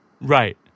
Right